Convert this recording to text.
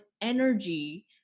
energy